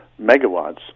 megawatts